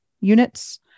units